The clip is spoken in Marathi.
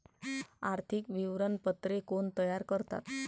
आर्थिक विवरणपत्रे कोण तयार करतात?